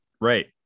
Right